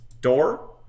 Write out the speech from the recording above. door